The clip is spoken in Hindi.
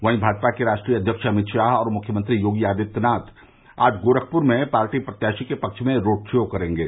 वहीं भाजपा के राष्ट्रीय अध्यक्ष अमित शाह और मुख्यमंत्री योगी आदित्यनाथ आज गोरखपुर में पार्टी प्रत्याशी के पक्ष में रोड शो करेंगे